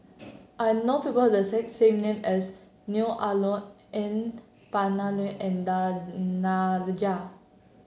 I know people have the exact same name as Neo Ah Luan N Palanivelu and Danaraj